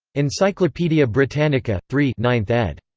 encyclopaedia britannica. three ninth ed.